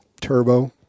turbo